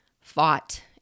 fought